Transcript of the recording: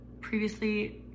previously